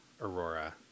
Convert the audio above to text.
aurora